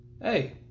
Hey